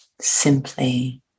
simply